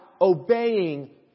obeying